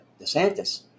DeSantis